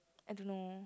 I don't know